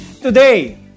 Today